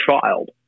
child